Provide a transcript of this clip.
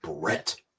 Brett